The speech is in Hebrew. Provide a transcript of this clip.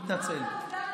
זה לא מכספי הציבור, מתנצל.